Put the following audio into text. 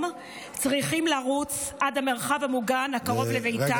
צריכים לרוץ עד המרחב המוגן הקרוב לביתם,